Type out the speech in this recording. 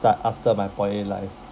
that after my poly life